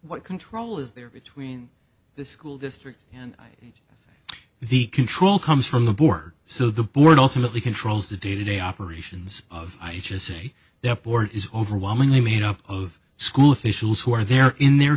what control is there between the school district and the control comes from the board so the board ultimately controls the day to day operations of i just say the board is overwhelmingly made up of school officials who are there in their